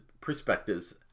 perspectives